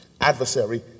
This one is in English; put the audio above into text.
adversary